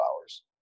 hours